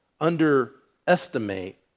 underestimate